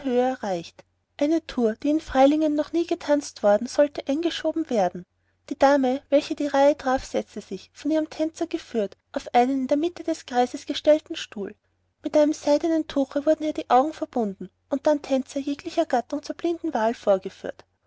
erreicht eine tour die in freilingen noch nie getanzt worden sollte eingeschoben werden die dame welche die reihe traf setzte sich von ihrem tänzer geführt auf einen in die mitte des kreises gestellten sessel mit einem seidenen tuche wurden ihr die augen verbunden und dann tänzer jeglicher gattung zur blinden wahl vorgeführt